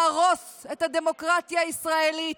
להרוס את הדמוקרטיה הישראלית,